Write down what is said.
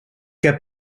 heb